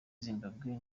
zimbabwe